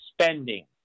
spending